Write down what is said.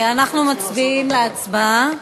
אנחנו עוברים להצבעה.